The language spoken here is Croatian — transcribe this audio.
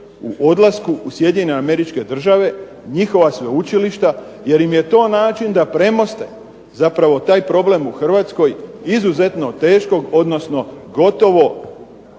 u odlasku u Sjedinjene Američke Države, njihova sveučilišta jer im je to način da premoste zapravo taj problem u Hrvatskoj izuzetno teškog odnosno gotovo